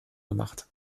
gemacht